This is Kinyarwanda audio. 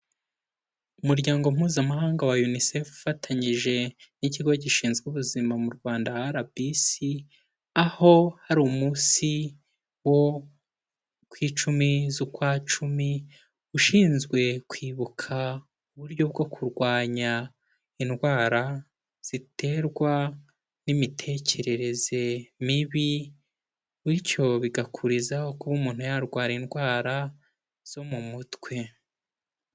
Umuryango mpuzamahanga wa UNICEF ufatanyije n'ikigo gishinzwe ubuzima mu Rwanda RBC, aho hari umunsi wo ku icumi z'ukwa Cumi, ushinzwe kwibuka uburyo bwo kurwanya indwara ziterwa n'imitekerereze mibi, bityo bigakurizaho kuba umuntu yarwara indwara zo mu mutwe.